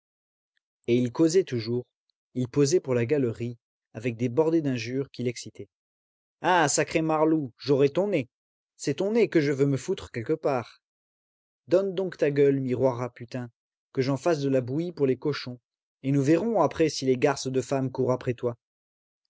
et il causait toujours il posait pour la galerie avec des bordées d'injures qui l'excitaient ah sacré marlou j'aurai ton nez c'est ton nez que je veux me foutre quelque part donne donc ta gueule miroir à putains que j'en fasse de la bouillie pour les cochons et nous verrons après si les garces de femmes courent après toi